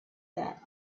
that